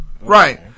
Right